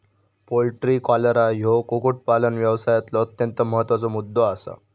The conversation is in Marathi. पोल्ट्री कॉलरा ह्यो कुक्कुटपालन व्यवसायातलो अत्यंत महत्त्वाचा मुद्दो आसा